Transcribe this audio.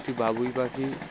প্রতি বাবুই পাখি